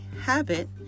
habit